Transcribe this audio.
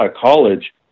college